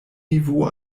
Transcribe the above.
niveau